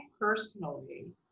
personally